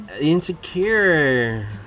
insecure